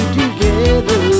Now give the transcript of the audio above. together